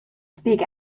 speak